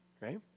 right